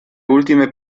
ultime